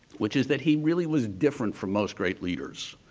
which is that he really was different from most great leaders.